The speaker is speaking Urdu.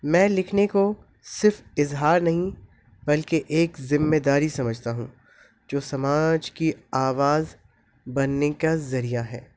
میں لکھنے کو صرف اظہار نہیں بلکہ ایک ذمہ داری سمجھتا ہوں جو سماج کی آواز بننے کا ذریعہ ہے